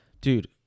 Dude